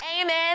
amen